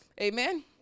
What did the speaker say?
amen